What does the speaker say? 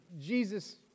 Jesus